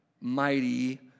mighty